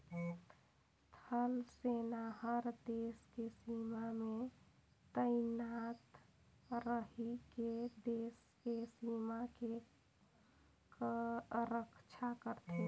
थल सेना हर देस के सीमा में तइनात रहिके देस के सीमा के रक्छा करथे